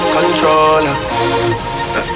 Controller